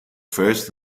first